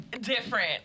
different